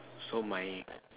so my